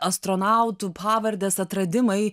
astronautų pavardes atradimai